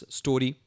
story